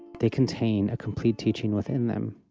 they contain a complete teaching within them.